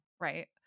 right